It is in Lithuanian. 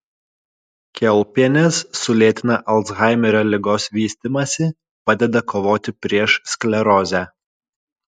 kiaulpienės sulėtina alzhaimerio ligos vystymąsi padeda kovoti prieš sklerozę